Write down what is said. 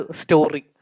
story